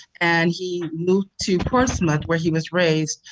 and he moved to portsmouth, where he was raised,